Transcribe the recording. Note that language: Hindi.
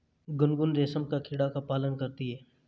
गुनगुन रेशम का कीड़ा का पालन करती है